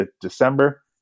December